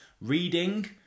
reading